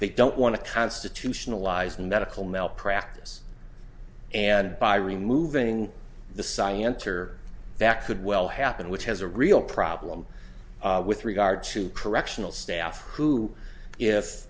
they don't want to constitutionalized medical malpractise and by removing the science or that could well happen which has a real problem with regard to correctional staff who if